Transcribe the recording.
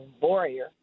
warrior